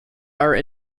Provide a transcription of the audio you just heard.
are